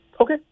okay